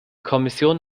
kommission